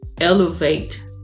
elevate